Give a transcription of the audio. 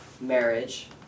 marriage